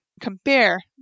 compare